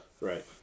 right